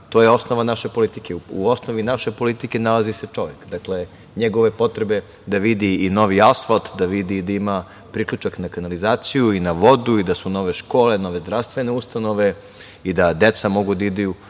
To je osnova naše politike. U osnovi naše politike nalazi se čovek, njegove potrebe da vidi i novi asfalt, da ima priključak na kanalizaciju, na vodu, da su nove škole, nove zdravstvene ustanove i da deca mogu da idu